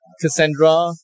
Cassandra